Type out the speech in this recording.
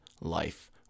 life